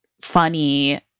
funny